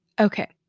Okay